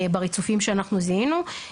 בריצופים שאנחנו זיהינו.